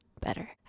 better